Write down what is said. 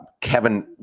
Kevin